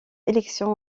élection